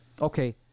Okay